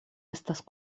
estas